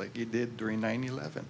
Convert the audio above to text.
like you did during nine eleven